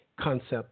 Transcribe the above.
concept